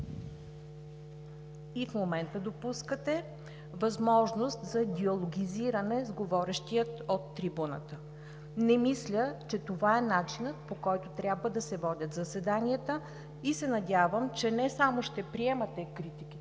и в момента допускате, възможност за диалогизиране с говорещия от трибуната. Не мисля, че това е начинът, по който трябва да се водят заседанията, и се надявам, че не само ще приемате критиките,